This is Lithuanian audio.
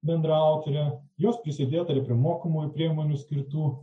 bendraautorė jos prisidėta ir prie mokomųjų priemonių skirtų